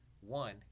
One